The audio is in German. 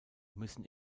müssen